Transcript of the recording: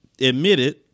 admitted